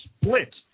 split